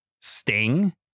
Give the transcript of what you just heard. Sting